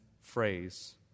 phrase